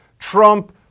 Trump